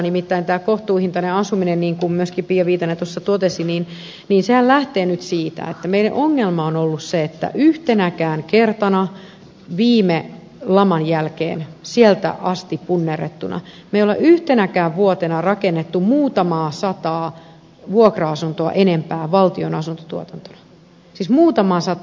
nimittäin tämä kohtuuhintainen asuminenhan niin kuin myöskin pia viitanen tuossa totesi lähtee nyt siitä että meidän ongelmamme on ollut se että yhtenäkään vuotena viime laman jälkeen sieltä asti punnerrettuna me emme ole rakentaneet muutamaa sataa vuokra asuntoa enempää valtion asuntotuotantona siis muutamaa sataa